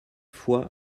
fois